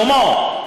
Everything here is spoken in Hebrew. שלמה,